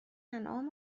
انعام